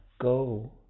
go